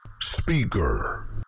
speaker